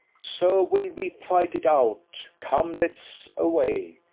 so will we fight it out come, let's away.